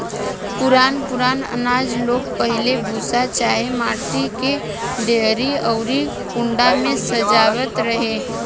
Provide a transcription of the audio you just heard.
पुरान पुरान आनाज लोग पहिले भूसा चाहे माटी के डेहरी अउरी कुंडा में संजोवत रहे